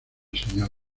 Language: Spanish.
sra